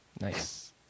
Nice